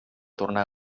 tornar